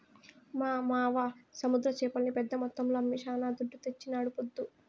మా మావ సముద్ర చేపల్ని పెద్ద మొత్తంలో అమ్మి శానా దుడ్డు తెచ్చినాడీపొద్దు